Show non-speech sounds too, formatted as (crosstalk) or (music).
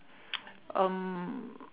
(noise) um